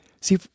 See